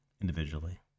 individually